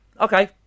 okay